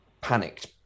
panicked